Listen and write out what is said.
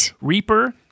Reaper